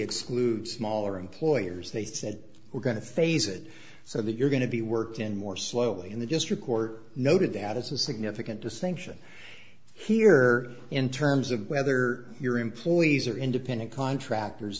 exclude smaller employers they said we're going to phase it so that you're going to be worked in more slowly in the district court noted that it's a significant distinction here in terms of whether your employees are independent contractors